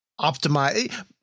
optimize